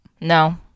No